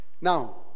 Now